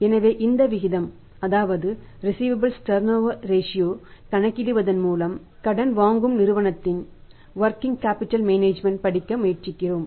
எனவே இந்த விகிதம் அதாவது ரிஸீவபல்ஸ் டர்நோவர ரேஷியோ படிக்க முயற்சிக்கிறோம்